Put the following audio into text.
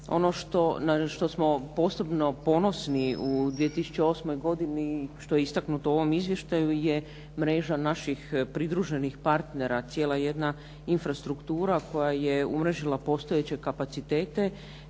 na što smo posebno ponosni u 2008. godini što je istaknuto u ovom izvještaju je mreža naših pridruženih partnera, cijela jedna infrastruktura koja je umrežila postojeće kapacitete